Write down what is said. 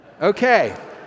Okay